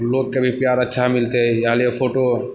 लोकके भी प्यार अच्छा मिलतै इएह लिए फोटो